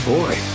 Boy